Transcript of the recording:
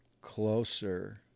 closer